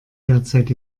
derzeit